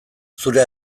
zure